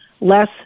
less